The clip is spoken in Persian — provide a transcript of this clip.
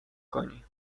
کنی